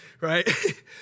right